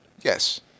Yes